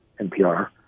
NPR